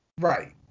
Right